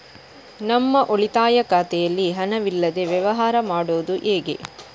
ನಮ್ಮ ಉಳಿತಾಯ ಖಾತೆಯಲ್ಲಿ ಹಣವಿಲ್ಲದೇ ವ್ಯವಹಾರ ಮಾಡುವುದು ಹೇಗೆ?